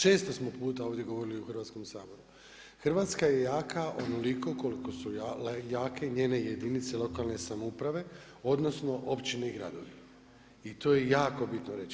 Često smo puta ovdje govorili u Hrvatskom saboru, Hrvatska je jako onoliko koliko su jake njene jedinice lokalne samouprave odnosno općine i gradovi i to je jako bitno reći.